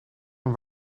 een